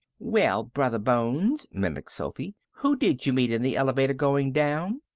well, brothah bones, mimicked sophy, who did you meet in the elevator going down?